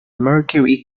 mercury